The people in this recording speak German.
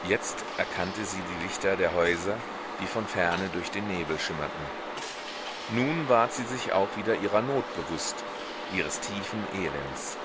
jetzt erkannte sie die lichter der häuser die von ferne durch den nebel schimmerten nun ward sie sich auch wieder ihrer not bewußt ihres tiefen elends